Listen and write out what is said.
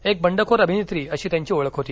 एक बंडखोर अभिनेत्री अशी त्यांची ओळख होती